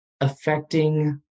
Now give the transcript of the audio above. affecting